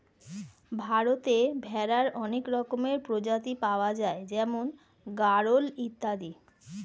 ভারতে ভেড়ার অনেক রকমের প্রজাতি পাওয়া যায় যেমন গাড়ল ইত্যাদি